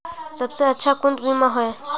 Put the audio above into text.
सबसे अच्छा कुन बिमा होय?